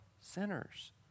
sinners